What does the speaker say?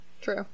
True